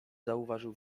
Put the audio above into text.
zauważył